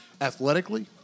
athletically